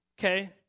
Okay